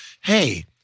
hey